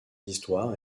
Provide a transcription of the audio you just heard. histoires